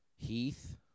Heath